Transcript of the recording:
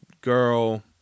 girl